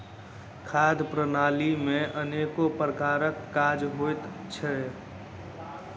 खाद्य प्रणाली मे अनेको प्रकारक काज होइत छै